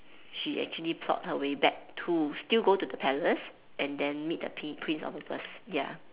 she actually plot her way back to still go to the palace and then meet the prince prince charming first